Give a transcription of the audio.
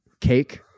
cake